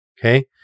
Okay